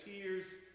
tears